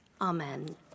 Amen